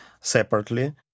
separately